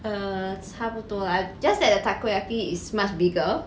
err 差不多 lah just that the takoyaki is much bigger